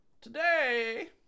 Today